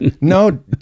No